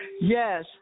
Yes